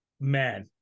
Man